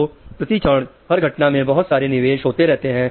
तो प्रतिक्षण हर घटना में बहुत सारे निवेश होते रहते हैं